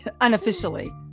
unofficially